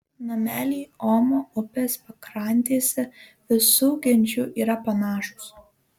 nameliai omo upės pakrantėse visų genčių yra panašūs